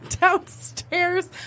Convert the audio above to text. downstairs